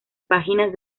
páginas